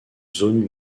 zone